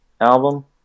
album